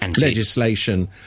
legislation